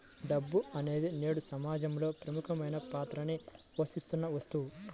డబ్బు అనేది నేడు సమాజంలో ప్రముఖమైన పాత్రని పోషిత్తున్న వస్తువు